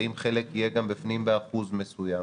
האם חלק יהיה גם בפנים באחוז מסוים,